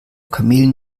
kamelen